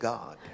God